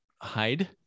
hide